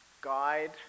guide